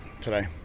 today